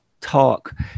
talk